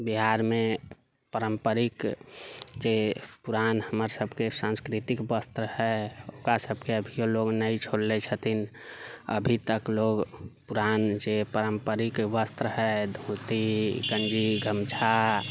बिहारमे पारम्परिक जे पुरान हमर सभके सान्स्कृतिक वस्त्र है ओकरा सभके अभियौ लोग नहि छोड़ले छथिन अभि तक लोग पुरान जे पारम्परिक वस्त्र है धोती गंजी गमछा